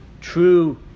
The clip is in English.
true